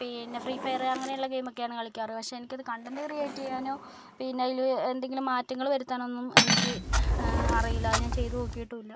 പിന്നെ free fire അങ്ങനെയുള്ള ഗെയിമൊക്കെയാണ് കളിക്കാറ് പക്ഷെ എനിക്കത് കണ്ടന്റ് ക്രിയേറ്റ് ചെയ്യാനോ പിന്നെ അതിൽ എന്തെങ്കിലും മാറ്റങ്ങൾ വരുത്താനൊന്നും എനിക്ക് അറിയില്ല അത് ഞാൻ ചെയ്ത നോക്കിയിട്ടുമില്ല